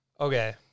Okay